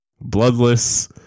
bloodless